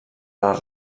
les